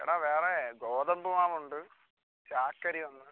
എടാ വേറെ ഗോതമ്പ് മാവുണ്ട് ചാക്ക് അരി ഒന്ന്